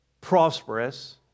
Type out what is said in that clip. prosperous